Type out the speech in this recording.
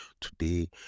today